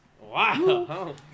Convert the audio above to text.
wow